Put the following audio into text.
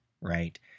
right